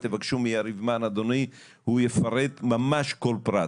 תבקשו מיריב מן אדוני הוא יפרט ממש כל פרט,